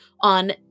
on